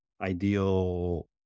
ideal